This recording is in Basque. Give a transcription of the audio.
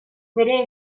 bere